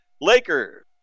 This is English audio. Lakers